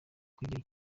kugira